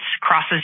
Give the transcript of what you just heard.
crosses